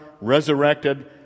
resurrected